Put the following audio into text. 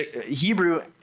Hebrew